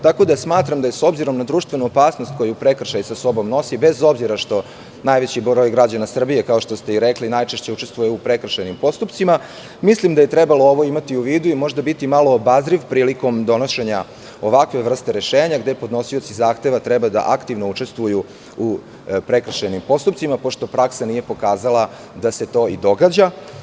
Tako da, smatram da je s obzirom na društvenu opasnost koju prekršaj sa sobom nosi, bez obzira što najveći broj građana Srbije najčešće učestvuje u prekršajnim postupcima, mislim da je trebalo imati ovo u vidu i možda biti malo obazriv prilikom donošenja ovakve vrste rešenja, gde podnosioci zahteva treba aktivno da učestvuju u prekršajnim postupcima, pošto praksa nije pokazala da se to i događa.